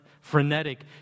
frenetic